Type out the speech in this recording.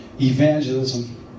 evangelism